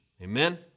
Amen